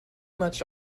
much